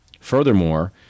Furthermore